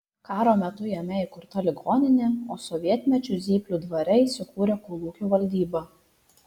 karo metu jame įkurta ligoninė o sovietmečiu zyplių dvare įsikūrė kolūkio valdyba